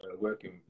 working